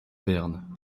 berne